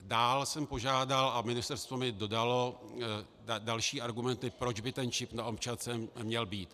Dále jsem požádal, a ministerstvo mi dodalo další argumenty, proč by ten čip na občance měl být.